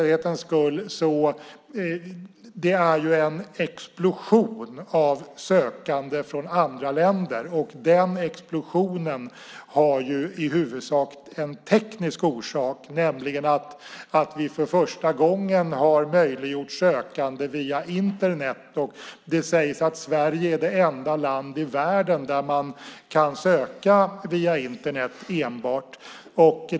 Det är en explosion av sökande från andra länder. Den explosionen har i huvudsak en teknisk orsak, nämligen att vi för första gången har möjliggjort sökande via Internet. Det sägs att Sverige är det enda land i världen där man kan söka via Internet enbart.